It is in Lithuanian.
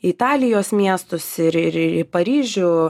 italijos miestus ir ir į paryžių